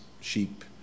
sheep